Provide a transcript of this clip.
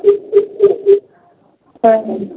हँ